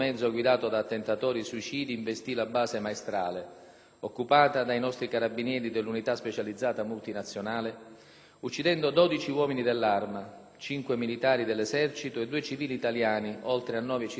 uccidendo dodici uomini dell'Arma, cinque militari dell'Esercito e due civili italiani, oltre a nove cittadini iracheni. A quelle vittime si aggiunsero, purtroppo, diversi altri caduti nel seguito della missione «Antica Babilonia»